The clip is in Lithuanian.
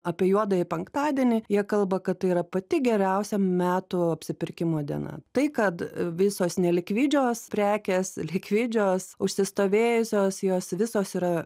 apie juodąjį penktadienį jie kalba kad tai yra pati geriausia metų apsipirkimo diena tai kad visos nelikvidžios prekės likvidžios užsistovėjusios jos visos yra